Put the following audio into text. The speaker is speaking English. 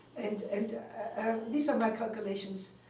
and and ah these are my calculations.